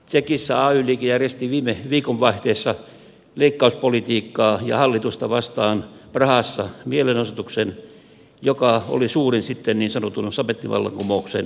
tsekissä ay liike järjesti viime viikonvaihteessa leikkauspolitiikkaa ja hallitusta vastaan prahassa mielenosoituksen joka oli suurin sitten niin sanotun samettivallankumouksen aikojen